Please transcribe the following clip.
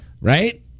Right